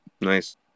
Nice